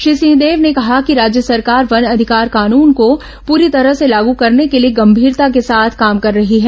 श्री सिंहदेव ने कहा कि राज्य सरकार वन अधिकार कानून को पूरी ंतरह से लागू करने के लिए गंभीरता के साथ काम कर रही है